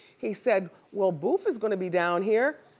he said, well, boof is gonna be down here.